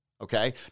okay